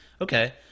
okay